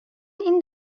این